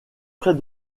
près